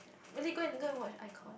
really go and go watch iKon